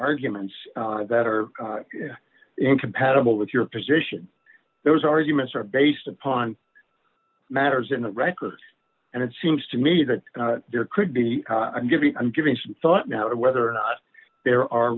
arguments that are incompatible with your position those arguments are based upon matters in the record and it seems to me that there could be giving and giving some thought now to whether or not there are